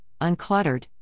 uncluttered